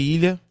Ilha